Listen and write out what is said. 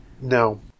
No